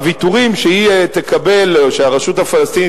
הוויתורים שהיא תקבל או שהרשות הפלסטינית